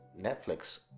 Netflix